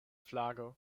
flago